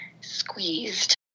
squeezed